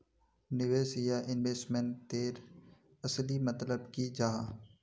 निवेश या इन्वेस्टमेंट तेर असली मतलब की जाहा?